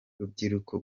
rubyiruko